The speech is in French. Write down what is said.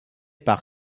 par